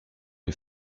les